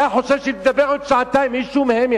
אתה חושב שאם תדבר עוד שעתיים, מישהו מהם,